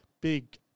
big